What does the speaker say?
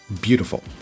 Beautiful